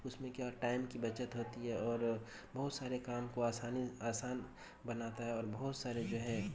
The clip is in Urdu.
اس میں کیا ٹائم کی بچت ہوتی ہے اور بہت سارے کام کو آسانی آسان بناتا ہے اور بہت سارے جو ہے